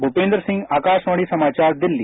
Bhupendra Singh Akashvani समाचारदिल्ली